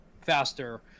faster